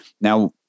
Now